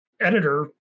editor